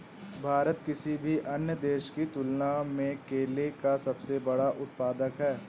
भारत किसी भी अन्य देश की तुलना में केले का सबसे बड़ा उत्पादक है